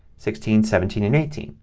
sixteen, seventeen, eighteen.